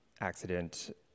accident